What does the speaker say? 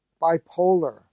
bipolar